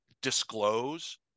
disclose